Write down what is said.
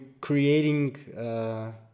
creating